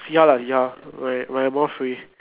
see how lah see how when when I more free